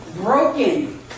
Broken